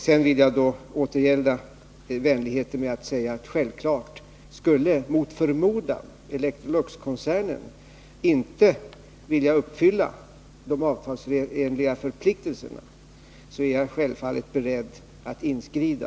Jag vill återgälda den vänligheten med att säga att jag självfallet är beredd att inskrida om, mot förmodan, Electroluxkoncernen inte skulle vilja uppfylla de avtalsenliga förpliktelserna.